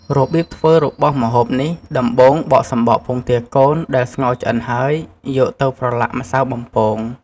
របៀបធ្វើរបស់ម្ហូបនេះ ដំបូងបកសំបកពងទាកូនដែលស្ងោរឆ្អិនហើយ យកទៅប្រឡាក់ម្សៅបំពង។